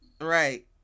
right